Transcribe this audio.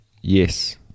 Yes